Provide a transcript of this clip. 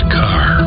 car